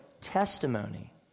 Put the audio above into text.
testimony